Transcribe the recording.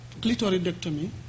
clitoridectomy